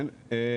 כן.